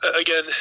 again